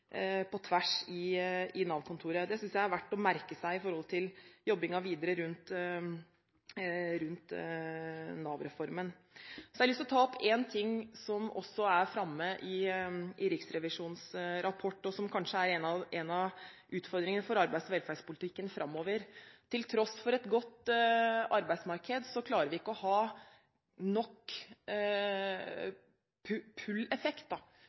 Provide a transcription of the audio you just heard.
synes jeg er verdt å merke seg med tanke på jobbingen videre rundt Nav-reformen. Så har jeg lyst til å ta opp en ting som også er framme i Riksrevisjonens rapport, og som vel er en av utfordringene for arbeids- og velferdspolitikken framover: Til tross for et godt arbeidsmarked klarer vi ikke å ha nok